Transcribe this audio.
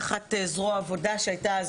תחת זרוע העבודה שהייתה אז